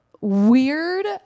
weird